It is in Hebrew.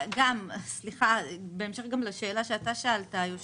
סליחה, בהמשך לשאלה שאתה שאלת, היושב-ראש,